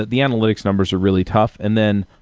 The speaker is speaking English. the analytics numbers are really tough. and then,